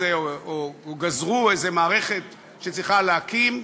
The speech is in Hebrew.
כשגזרו איזו מערכת שצריכה להקים,